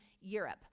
Europe